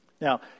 Now